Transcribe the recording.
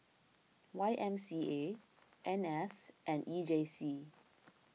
Y M C A N S and E J C